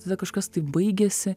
tada kažkas tai baigėsi